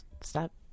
stop